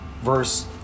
verse